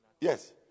Yes